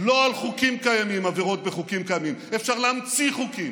לא על עבירות בחוקים קיימים, אפשר להמציא חוקים,